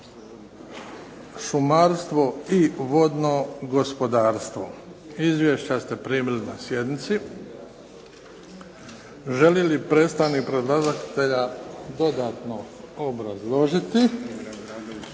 šumarstvo i vodno gospodarstvo. Izvješća ste primili na sjednici. Želi li predstavnik predlagatelja dodatno obrazložiti?